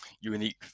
unique